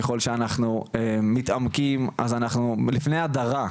ככל שאנחנו מתעמקים ועוד זה לפני הדרה,